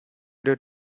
the